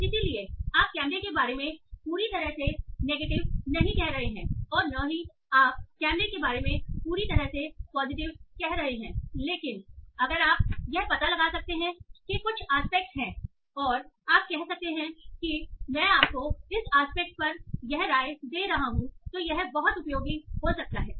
इसलिए आप कैमरे के बारे में पूरी तरह से नेगेटिव नहीं कह रहे हैं और न ही आप कैमरे के बारे में पूरी तरह से पॉजिटिव कह रहे हैं लेकिन अगर आप यह पता लगा सकते हैं कि कुछ एस्पेक्ट हैं और आप कह सकते हैं कि मैं आपको इस एस्पेक्ट पर यह राय दे रहा हूं तो यह बहुत उपयोगी हो सकता हूं